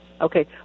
Okay